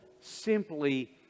simply